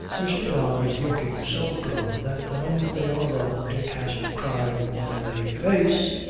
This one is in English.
mr. don is looking so glum that the moment they are alone dick has to cry warningly, face!